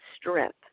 strength